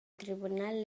tribunal